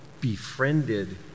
befriended